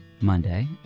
Monday